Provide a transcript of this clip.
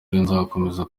nzakomeza